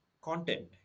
content